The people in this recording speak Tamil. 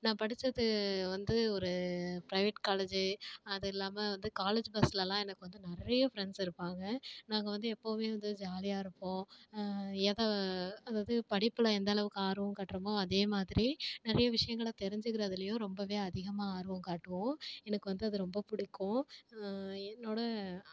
நான் படிச்சது வந்து ஒரு ப்ரைவேட் காலேஜு அதுயில்லாமல் வந்து காலேஜ் பஸ்லெலாம் எனக்கு வந்து நிறைய ஃப்ரெண்ட்ஸ் இருப்பாங்கள் நாங்கள் வந்து எப்போவுமே வந்து ஜாலியாக இருப்போம் ஏதாது அதவது படிப்பில் எந்தளவுக்கு ஆர்வம் காட்டுறமோ அதே மாதிரி நிறைய விஷயங்களை தெரிஞ்சிக்கிறதுலையும் ரொம்பவே அதிகமாக ஆர்வம் காட்டுவோம் எனக்கு வந்து அது ரொம்ப பிடிக்கும் என்னோடய